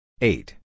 Eight